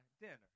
dinner